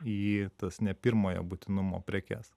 į tas ne pirmojo būtinumo prekes